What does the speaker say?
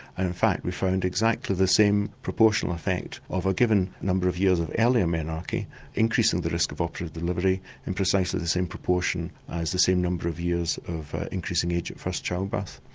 and in fact we found exactly the same proportional effect of a given number of years of earlier menarche increasing the risk of operatorive delivery in precisely the same proportion as the same number of years of increasing age at first childbirth.